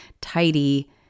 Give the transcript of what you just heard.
tidy